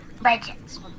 Legends